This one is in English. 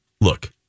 Look